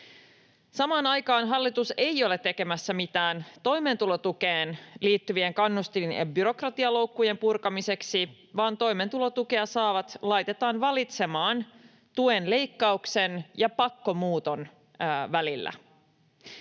Samaan aikaan hallitus ei ole tekemässä mitään toimeentulotukeen liittyvien kannustin- ja byrokratialoukkujen purkamiseksi, vaan toimeentulotukea saavat laitetaan valitsemaan tuen leikkauksen ja pakkomuuton välillä.